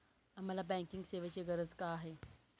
आम्हाला बँकिंग सेवेची गरज का आहे?